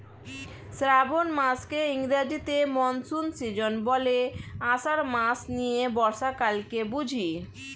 শ্রাবন মাসকে ইংরেজিতে monsoon season বলে, আষাঢ় মাস নিয়ে বর্ষাকালকে বুঝি